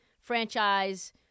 Franchise